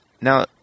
Now